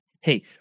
hey